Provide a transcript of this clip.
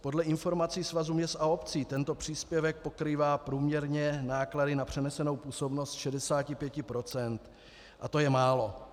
Podle informací Svazu měst a obcí tento příspěvek pokrývá průměrně náklady na přenesenou působnost 65 % a to je málo.